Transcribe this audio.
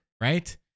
Right